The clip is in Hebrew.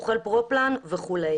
הוא אוכל פרו פלאן וכו'.